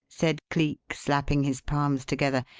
said cleek, slapping his palms together.